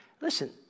Listen